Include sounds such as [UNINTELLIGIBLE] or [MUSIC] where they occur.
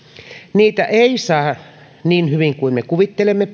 niitä kauppoja ei saa purettua niin hyvin kuin me kuvittelemme [UNINTELLIGIBLE]